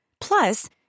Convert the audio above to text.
Plus